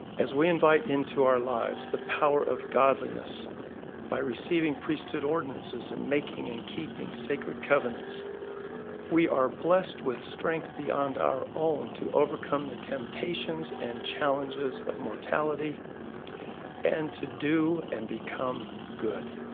as we invite into our lives the power of godliness by receiving priesthood ordinances and making and keeping sacred covenants we are blessed with strength beyond our own to overcome the temptations and challenges of mortality and to do and become good.